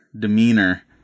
demeanor